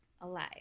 alive